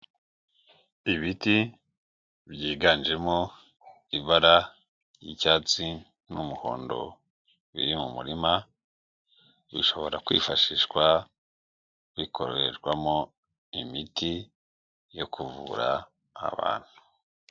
Ibiti byiganjemo ibara ry'icyatsi n'umuhondo biri mu murima bishobora kwifashishwa bikorerwamo imiti yo kuvura abantu.